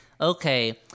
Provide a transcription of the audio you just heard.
okay